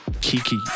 Kiki